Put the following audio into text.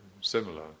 similar